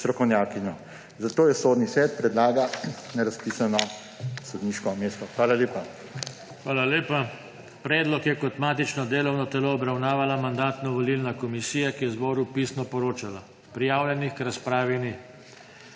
strokovnjakinjo. Zato jo Sodni svet predlaga na razpisano sodniško mesto. Hvala lepa. PODPREDSEDNIK JOŽE TANKO: Hvala lepa. Predlog je kot matično delovno telo obravnavala Mandatno-volilna komisija, ki je zboru pisno poročala. Prijavljenih k razpravi ni.